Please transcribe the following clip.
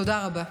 תודה רבה.